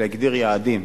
להגדיר יעדים.